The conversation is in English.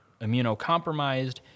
immunocompromised